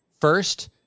First